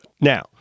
Now